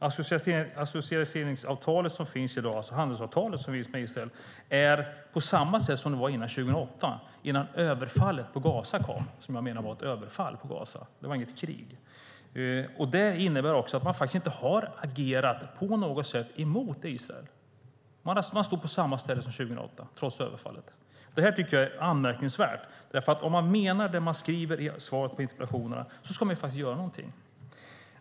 Det associeringsavtal som finns, alltså handelsavtalet, är detsamma som det var före 2008, alltså innan överfallet på Gaza skedde. Jag menar att det var ett överfall på Gaza och inte något krig. Det innebär att man faktiskt inte har agerat på något sätt emot Israel. Man står på samma ställe som 2008 trots överfallet. Detta tycker jag är anmärkningsvärt. Om man menar det som skrivs i interpellationssvaret ska man faktiskt göra någonting.